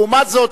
לעומת זאת,